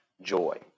joy